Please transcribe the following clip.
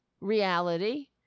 reality